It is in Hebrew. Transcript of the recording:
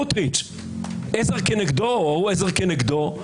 וסמוטריץ', שהוא עזר כנגדו, או הוא עזר כנגדו.